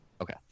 Okay